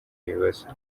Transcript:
bibazo